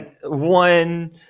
one